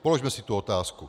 Položme si tu otázku.